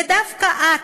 ודווקא את,